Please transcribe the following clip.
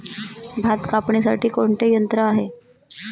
भात कापणीसाठी कोणते यंत्र आहे?